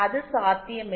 அது சாத்தியமில்லை